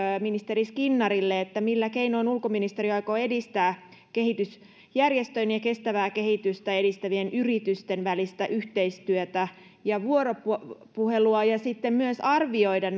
ministeri skinnarille millä keinoin ulkoministeriö aikoo edistää kehitysjärjestöjen ja kestävää kehitystä edistävien yritysten välistä yhteistyötä ja vuoropuhelua ja sitten myös arvioida